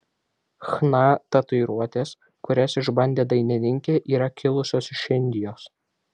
chna tatuiruotės kurias išbandė dainininkė yra kilusios iš indijos